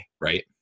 right